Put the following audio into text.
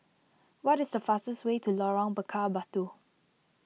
what is the fastest way to Lorong Bakar Batu